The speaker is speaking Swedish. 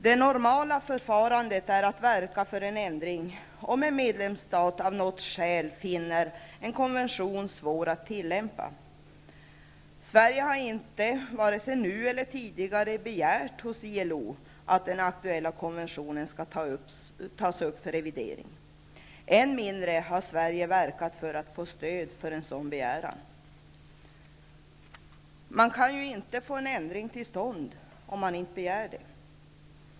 Det normala förfarandet är att verka för en ändring, om en medlemsstat av något skäl finner en konvention svår att tillämpa. Sverige har inte vare sig nu eller tidigare begärt hos ILO att den aktuella konventionen skall tas upp för revidering. Än mindre har Sverige verkat för att få stöd för en sådan begäran. Man kan inte få en ändring till stånd om man inte begär det.